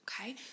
okay